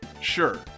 Sure